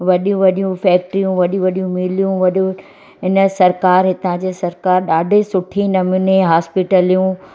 वॾी वॾियूं फैक्ट्रियूं वॾियूं वॾियूं मीलियूं वॾी वॾ हिन सरकारु हितां जे सरकारु ॾाढे सुठे नमूने हास्पिटलियूं